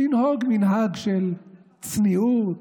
לנהוג מנהג של צניעות,